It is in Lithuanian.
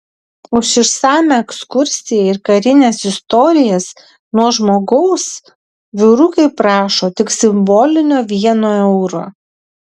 už išsamią ekskursiją ir karines istorijas nuo žmogaus vyrukai prašo tik simbolinio vieno euro